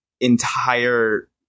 entire